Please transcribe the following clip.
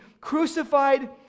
crucified